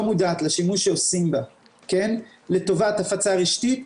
מודעת לשימוש שעושים בה לטובת הפצה רשתית,